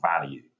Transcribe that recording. value